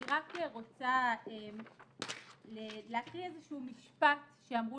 אני רק רוצה לקרוא איזה שהוא משפט שאמרו